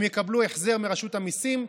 הם יקבלו החזר מרשות המיסים.